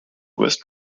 west